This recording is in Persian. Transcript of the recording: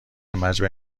مجمع